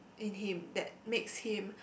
in him that makes him